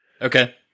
okay